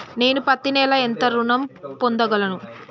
నేను పత్తి నెల ఎంత ఋణం పొందగలను?